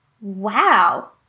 Wow